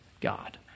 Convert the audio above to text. God